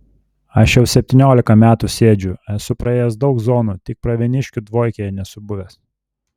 aš jau septyniolika metų sėdžiu esu praėjęs daug zonų tik pravieniškių dvojkėje nesu buvęs